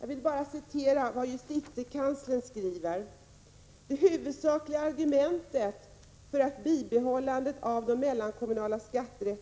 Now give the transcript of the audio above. Jag vill bara citera ur vad justitiekanslern skriver: ”Det huvudsakliga argumentet för ett bibehållande av MKSR